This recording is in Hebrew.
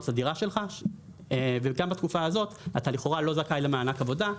את הדירה שלך וגם בתקופה הזאת אתה לא זכאי למענק עבודה.